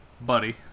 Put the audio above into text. buddy